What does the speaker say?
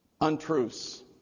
untruths